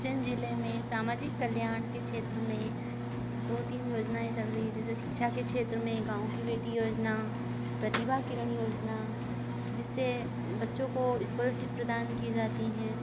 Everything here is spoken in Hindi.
उज्जैन जिले में सामाजिक कल्याण के क्षेत्र में दो तीन योजनाएँ चल रही है जैसे शिक्षा के क्षेत्र में गाँव के बेटी योजना प्रतिभा किरण योजना जिससे बच्चों को स्कॉलरशिप प्रदान किये जाती हैं